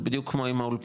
זה בדיוק כמו עם האולפנים,